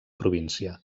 província